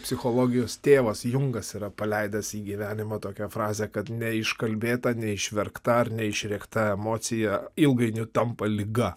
psichologijos tėvas jungas yra paleidęs į gyvenimą tokią frazę kad ne iškalbėta neišverktam ar neišrėkta emocija ilgainiui tampa liga